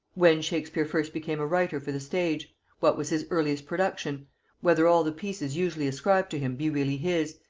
when shakespeare first became a writer for the stage what was his earliest production whether all the pieces usually ascribed to him be really his,